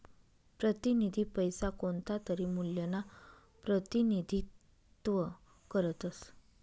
प्रतिनिधी पैसा कोणतातरी मूल्यना प्रतिनिधित्व करतस